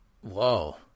whoa